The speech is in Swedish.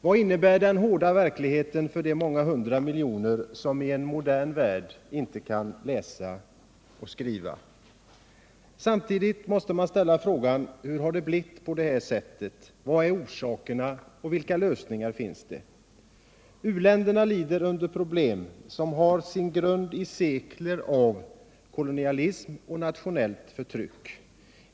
Vad innebär den hårda verkligheten för de många hundra miljoner som i en modern värld inte kan läsa och skriva? Samtidigt måste man ställa frågan: Hur har det blivit på detta sätt? Vilka är orsakerna? Och vilka lösningar finns det? U-länderna lider under problem som har sin grund i sekler av kolonialism och nationellt förtryck.